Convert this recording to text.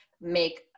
make